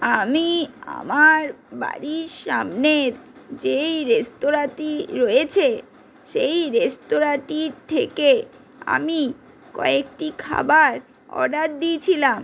আমি আমার বাড়ির সামনের যেই রেস্তোরাঁটি রয়েছে সেই রেস্তোরাঁটির থেকে আমি কয়েকটি খাবার অর্ডার দিয়েছিলাম